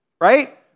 Right